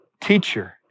teacher